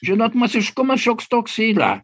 žinot masiškumas šioks toks yra